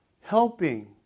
Helping